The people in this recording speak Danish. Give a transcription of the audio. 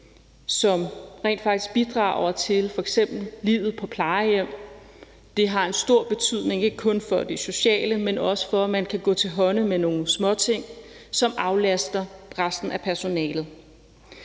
som rent faktisk bidrager til f.eks. livet på et plejehjem, har det en stor betydning, ikke kun for det sociale, men også for, at man kan gå til hånde med nogle småting, som aflaster resten af personalet.